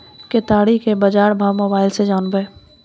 केताड़ी के बाजार भाव मोबाइल से जानवे?